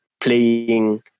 playing